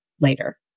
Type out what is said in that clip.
later